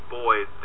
boys